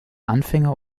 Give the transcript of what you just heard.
anfänger